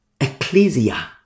ecclesia